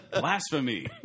Blasphemy